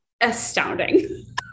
astounding